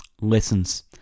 lessons